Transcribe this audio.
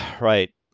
right